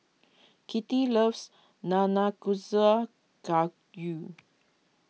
Kitty loves Nanakusa Gayu